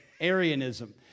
Arianism